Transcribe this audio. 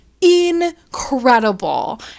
incredible